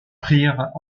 prirent